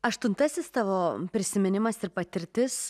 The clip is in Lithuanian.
aštuntasis tavo prisiminimas ir patirtis